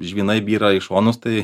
žvynai byra į šonus tai